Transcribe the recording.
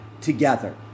together